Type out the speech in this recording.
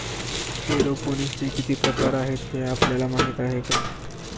एरोपोनिक्सचे किती प्रकार आहेत, हे आपल्याला माहित आहे का?